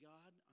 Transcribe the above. God